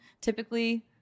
Typically